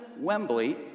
Wembley